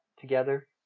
together